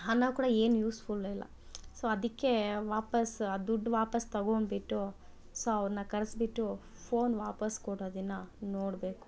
ಹಣ ಕೂಡ ಏನು ಯೂಸ್ ಫುಲ್ ಇಲ್ಲ ಸೊ ಅದಕ್ಕೆ ವಾಪಾಸ್ ಆ ದುಡ್ಡು ವಾಪಾಸು ತೊಗೊಂಡ್ಬಿಟ್ಟು ಸೊ ಅವ್ರನ್ನ ಕರ್ಸಿ ಬಿಟ್ಟು ಫೋನ್ ವಾಪಾಸ್ ಕೊಡೊ ದಿನ ನೋಡಬೇಕು